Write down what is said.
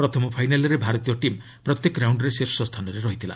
ପ୍ରଥମ ଫାଇନାଲ୍ରେ ଭାରତୀୟ ଟିମ୍ ପ୍ରତ୍ୟେକ ରାଉଣ୍ଡ୍ରେ ଶୀର୍ଷସ୍ଥାନରେ ରହିଥିଲା